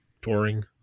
Touring